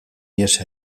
ihes